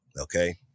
okay